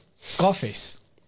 Scarface